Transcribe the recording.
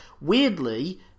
Weirdly